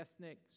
ethnic